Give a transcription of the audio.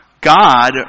God